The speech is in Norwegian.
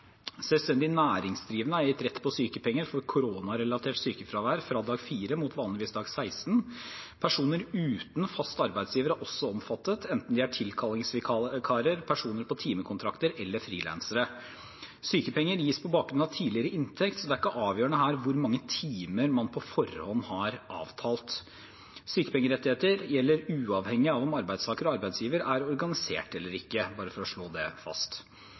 Selvstendig næringsdrivende er gitt rett på sykepenger for koronarelatert sykefravær fra dag 4, mot vanligvis dag 16. Personer uten fast arbeidsgiver er også omfattet, enten de er tilkallingsvikarer, personer på timekontrakter eller frilansere. Sykepenger gis på bakgrunn av tidligere inntekt, så det er ikke avgjørende her hvor mange timer man på forhånd har avtalt. Sykepengerettigheter gjelder uavhengig av om arbeidstaker og arbeidsgiver er organisert eller ikke, bare for å slå det fast.